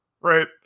right